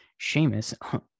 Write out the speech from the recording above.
Seamus